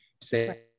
say